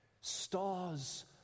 stars